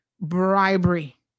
bribery